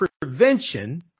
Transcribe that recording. prevention